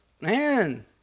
man